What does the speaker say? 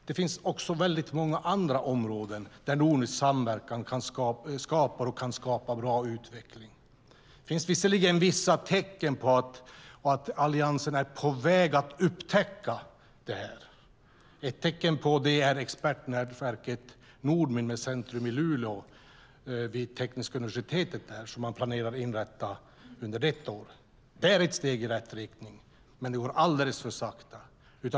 Det finns också många andra områden där nordisk samverkan skapar och kan skapa bra utveckling. Det finns visserligen vissa tecken på att Alliansen är på väg att upptäcka det. Ett tecken på det är expertnätverket Nordmin, med centrum i Luleå vid tekniska universitetet där, som man planerar att inrätta under detta år. Det är ett steg i rätt riktning, men det går alldeles för sakta.